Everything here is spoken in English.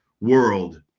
world